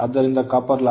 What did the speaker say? ಆದ್ದರಿಂದ copper loss 12